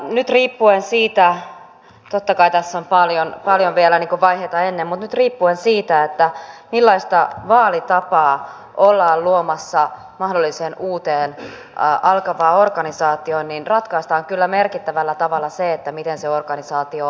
nyt riippuen siitä totta kai tässä on paljon vielä vaiheita ennen sitä millaista vaalitapaa ollaan luomassa mahdolliseen uuteen alkavaan organisaatioon ratkaistaan kyllä merkittävällä tavalla se miten se organisaatio aloittaa